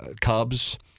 Cubs